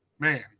Man